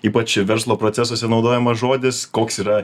ypač verslo procesuose naudojamas žodis koks yra